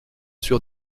sur